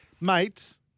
Mate